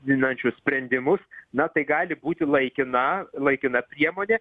didinančius sprendimus na tai gali būti laikina laikina priemonė